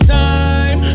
time